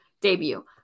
debut